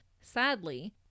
Sadly